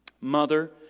Mother